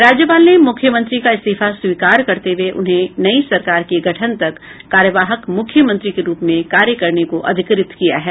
राज्यपाल ने मुख्यमंत्री का इस्तीफा स्वीकार करते हुए उन्हें नई सरकार के गठन तक कार्यवाहक मुख्यमंत्री के रूप में कार्य करने को अधिकृत किया है